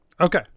Okay